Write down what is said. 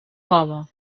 cove